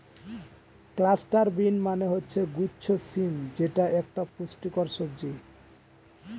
cluster bean মানে হচ্ছে গুচ্ছ শিম যেটা একটা পুষ্টিকর সবজি